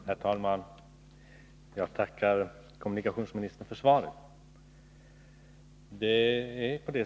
Herr talman! Jag tackar kommunikationsministern för svaret.